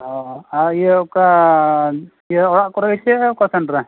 ᱚᱸ ᱤᱭᱟᱹ ᱚᱠᱟ ᱤᱭᱟᱹ ᱚᱲᱟᱜ ᱠᱚᱨᱮ ᱜᱮᱪᱮ ᱚᱠᱟᱥᱮᱱ ᱨᱮ